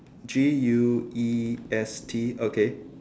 G U E S T okay